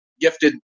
gifted